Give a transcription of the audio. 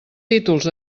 títols